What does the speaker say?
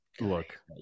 look